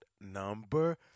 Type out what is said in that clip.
number